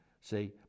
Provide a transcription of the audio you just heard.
See